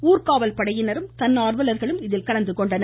ஊர்க்காவல் படையினரும் தன்னார்வலர்களும் இதில் கலந்துகொண்டனர்